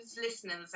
listeners